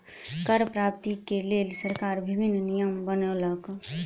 कर प्राप्ति के लेल सरकार विभिन्न नियम बनौलक